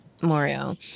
Mario